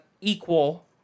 equal